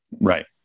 Right